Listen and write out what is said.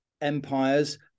empires